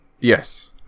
Yes